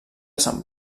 sant